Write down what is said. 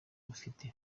rufite